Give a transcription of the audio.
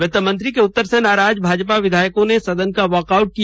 वित्तमंत्री के उत्तर से नाराज भाजपा विधायकों ने सदन का वाक आउट किया